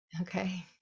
Okay